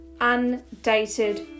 undated